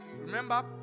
remember